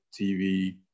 TV